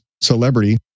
celebrity